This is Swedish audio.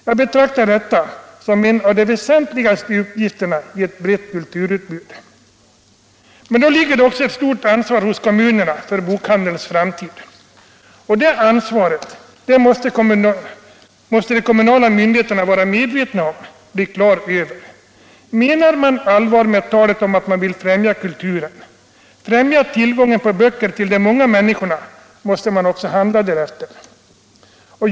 Jag betraktar detta som en av de väsentligaste uppgifterna i ett brett kulturutbud. Men då ligger det också på kommunerna ett stort ansvar för bokhandelns framtid, och detta ansvar måste de kommunala myndigheterna bli medvetna om. Menar man allvar med talet om att man vill främja kulturen och de många människornas tillgång till böcker, måste man också handla därefter.